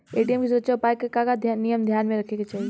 ATM के सुरक्षा उपाय के का का नियम ध्यान में रखे के चाहीं?